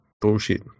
bullshit